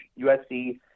USC